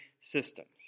systems